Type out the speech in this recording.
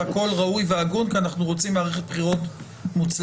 הכול ראוי והגון כי אנחנו רוצים מערכת בחירות מוצלחת.